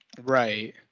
Right